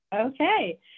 Okay